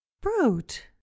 Brute